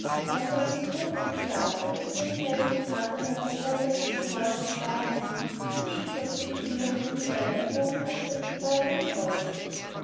aber das hochwild gewahrte das teils im grase lag teils auf das geräusch des wagens hin die hübschen köpfe mit den mächtigen geweihen erhoben hatte war er ganz außer sich